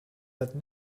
that